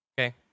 Okay